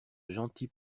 gentils